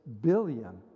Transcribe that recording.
billion